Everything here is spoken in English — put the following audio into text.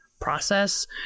process